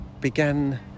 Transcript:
began